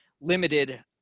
limited